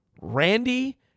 Randy